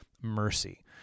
mercy